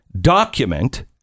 document